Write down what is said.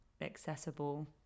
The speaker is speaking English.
accessible